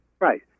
Right